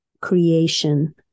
creation